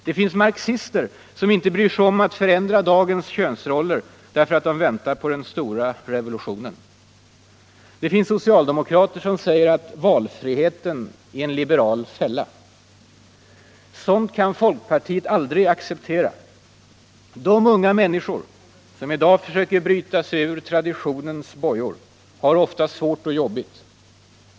Det finns marxister som inte bryr sig om att förändra dagens könsroller därför att de väntar på den stora revolutionen. Det finns socialdemokrater som säger, att ”valfriheten är en liberal fälla”. Sådant kan folkpartiet aldrig acceptera. De unga människor som i dag försöker bryta sig ur traditionens bojor har det ofta svårt och jobbigt.